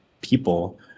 people